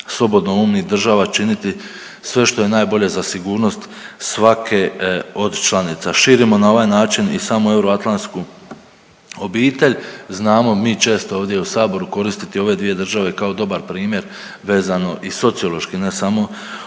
slobodoumnih država činiti sve što je najbolje za sigurnost svake od članica, širimo na ovaj način i samu euroatlantsku obitelj. Znamo mi često ovdje u saboru koristiti ove dvije države kao dobar primjer vezano i sociološki ne samo obrambeno